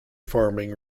farming